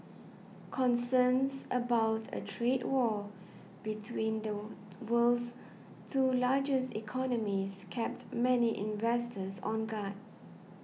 concerns about a trade war between the world's two largest economies kept many investors on guard